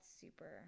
super